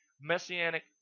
messianic